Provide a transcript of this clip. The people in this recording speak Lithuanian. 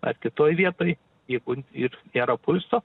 ar kitoj vietoj jeigu ir nėra pulso